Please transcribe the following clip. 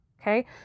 Okay